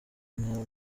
intambara